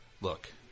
Look